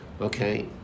Okay